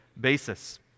basis